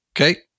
Okay